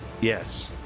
Yes